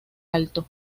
alto